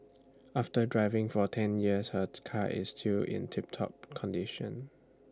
after driving for ten years her car is still in tip top condition